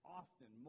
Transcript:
often